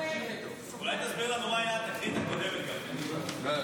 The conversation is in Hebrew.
אולי תסביר לנו מה הייתה התקרית הקודמת, לא,